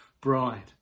bride